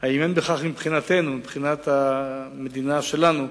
האם אין בכך מבחינתנו, מבחינת המדינה שלנו,